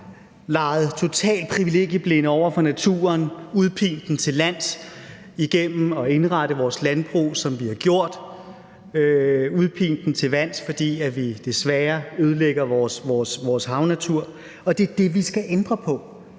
leget totalt privilegieblinde over for naturen på, har udpint den til lands og indrettet vores landbrug, som vi har gjort, og udpint den til vands, fordi vi desværre ødelægger vores havnatur. Det er det, vi skal ændre på.